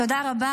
תודה.